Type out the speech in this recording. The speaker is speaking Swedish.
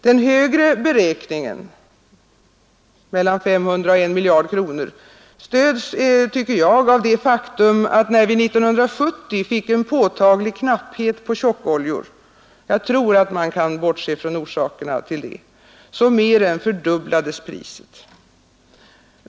Den högre beräkningen, mellan 500 miljoner och 1 miljard kronor, stöds enligt min mening av det faktum att när vi 1970 fick en påtaglig knapphet på tjockoljor — jag tror att man kan bortse från orsakerna härtill — så mer än fördubblades priset.